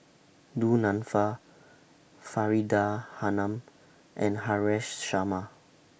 Du Nanfa Faridah Hanum and Haresh Sharma